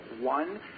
one